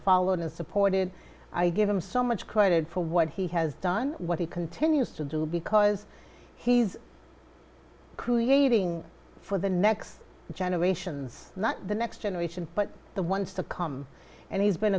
followed and supported i give him so much credit for what he has done what he continues to do because he's creating for the next generation not the next generation but the ones to come and he's been